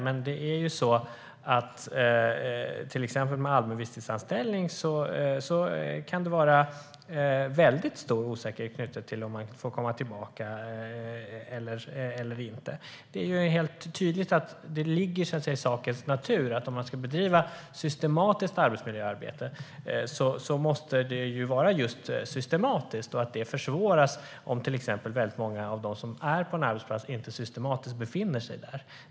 Men när det gäller till exempel visstidsanställning kan det vara väldigt stor osäkerhet knuten till om man får komma tillbaka eller inte. Det ligger i sakens natur att om man ska bedriva systematiskt arbetsmiljöarbete måste det vara just systematiskt och att det försvåras om väldigt många av de som är på en arbetsplats inte systematiskt befinner sig där.